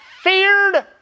feared